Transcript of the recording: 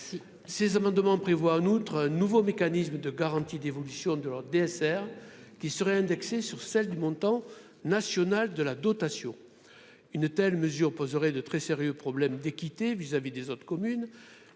ces amendements prévoient en outre un nouveau mécanisme de garantie d'évolution de leur DSR qui serait indexée sur celle du montant national de la dotation, une telle mesure poserait de très sérieux problèmes d'équité vis-à-vis des autres communes